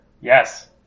Yes